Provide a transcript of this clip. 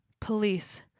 Police